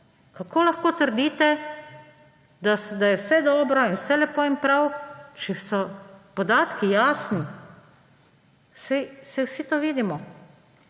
Kako lahko trdite, da je vse dobro in vse lepo in prav, če so podatki jasni? Saj vsi to vidimo.